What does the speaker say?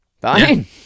Fine